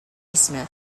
smith